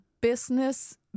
business